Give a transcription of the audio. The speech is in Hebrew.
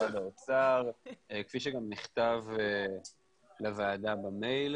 כפי שגם נכתב לוועדה במייל,